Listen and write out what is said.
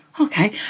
Okay